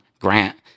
Grant